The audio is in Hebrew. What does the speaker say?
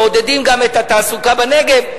מעודדים גם את התעסוקה בנגב.